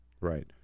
Right